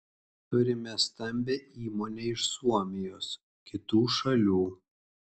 turime stambią įmonę iš suomijos kitų šalių